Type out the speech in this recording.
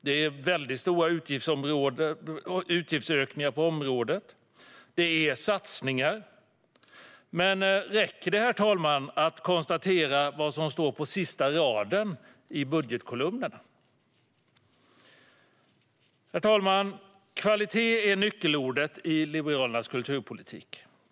Det är mycket stora utgiftsökningar på området. Det är satsningar. Men räcker det, herr talman, att konstatera vad som står på sista raden i budgetkolumnerna? Herr talman! Kvalitet är nyckelordet i Liberalernas kulturpolitik.